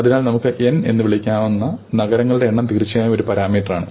അതിനാൽ നമുക്ക് N എന്ന് വിളിക്കാവുന്ന നഗരങ്ങളുടെ എണ്ണം തീർച്ചയായും ഒരു പാരാമീറ്ററാണ്